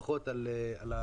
ברכות על המינוי.